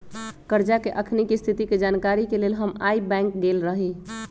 करजा के अखनीके स्थिति के जानकारी के लेल हम आइ बैंक गेल रहि